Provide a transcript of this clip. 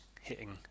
hitting